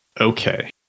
Okay